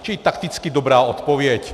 Čili takticky dobrá odpověď.